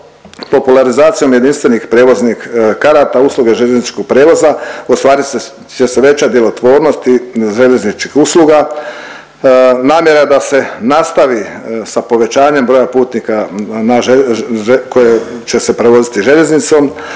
popularizacijom jedinstvenih prijevoznih karata usluge željezničkog prijevoza ostvarit će se veća djelotvornost željezničkih usluga. Namjera da se nastavi sa povećanjem broja putnika koje će se prevoziti željeznicom,